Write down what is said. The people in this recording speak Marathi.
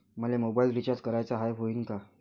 मले मोबाईल रिचार्ज कराचा हाय, होईनं का?